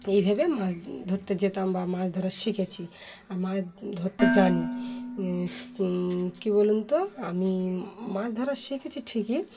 এইভাবে মাছ ধরতে যেতাম বা মাছ ধর শিখেছি আর মাছ ধরতে জানি কী বলুন তো আমি মাছ ধরার শিখেছি ঠিকই